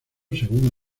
según